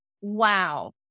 Wow